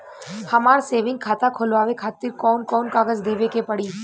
हमार सेविंग खाता खोलवावे खातिर कौन कौन कागज देवे के पड़ी?